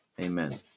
Amen